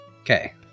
Okay